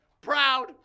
proud